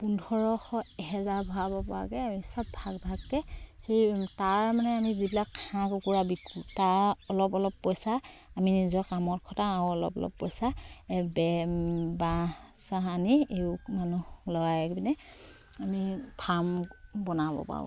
পোন্ধৰশ এহেজাৰ ভৰাব পৰাকে আমি চব ভাগ ভাগকে সেই তাৰ মানে আমি যিবিলাক হাঁহ কুকুৰা বিকো তাৰ অলপ অলপ পইচা আমি নিজৰ কামত খটাও আৰু অলপ অলপ পইচা বেৰ বাঁহ চাহ আনি এই মানুহ লগাই পিনে আমি ফাৰ্ম বনাব পাৰোঁ